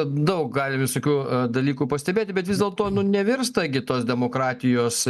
daug galim visokių dalykų pastebėti bet vis dėlto nu nevirsta gi tos demokratijos